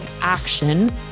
action